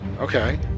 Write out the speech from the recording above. Okay